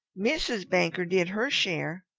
mrs. banker did her share.